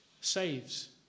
saves